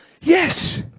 Yes